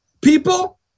People